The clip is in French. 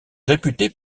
réputée